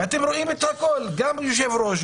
גם יושב-ראש,